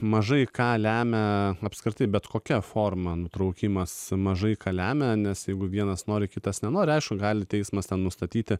mažai ką lemia apskritai bet kokia forma nutraukimas mažai ką lemia nes jeigu vienas nori kitas nenori aišku gali teismas tam nustatyti